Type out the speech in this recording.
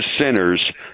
sinners